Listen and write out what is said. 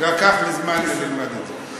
לקח לי זמן ללמוד את זה.